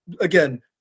again